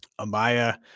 amaya